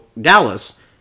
Dallas